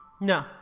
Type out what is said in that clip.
No